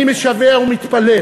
אני משווע ומתפלל,